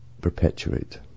perpetuate